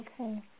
Okay